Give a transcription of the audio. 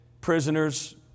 prisoners